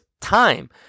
time